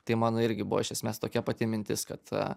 tai mano irgi buvo iš esmės tokia pati mintis kad